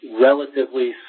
relatively